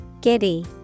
Giddy